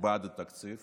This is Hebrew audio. בעד התקציב